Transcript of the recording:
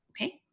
Okay